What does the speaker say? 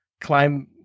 climb